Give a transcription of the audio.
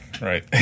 right